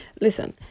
Listen